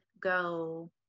go